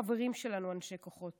הם החברים שלנו, אנשי כוחות